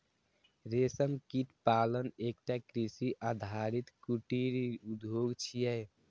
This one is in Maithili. रेशम कीट पालन एकटा कृषि आधारित कुटीर उद्योग छियै